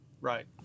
Right